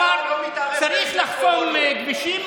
אמר: צריך לחסום כבישים,